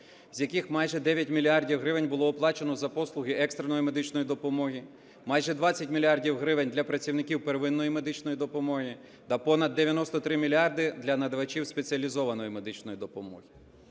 з яких майже 9 мільярдів гривень було оплачено за послуги екстреної медичної допомоги, майже 20 мільярдів гривень для працівників первинної медичної допомоги та понад 93 мільярди для надавачів спеціалізованої медичної допомоги.